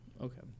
Okay